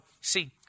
see